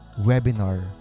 webinar